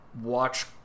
watch